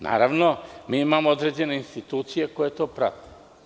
Naravno, mi imamo određene institucije koje to prate.